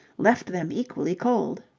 left them equally cold.